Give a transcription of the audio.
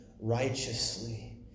righteously